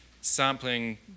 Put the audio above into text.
sampling